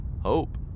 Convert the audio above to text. Hope